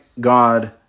God